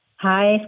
Hi